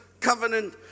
Covenant